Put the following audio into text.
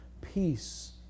Peace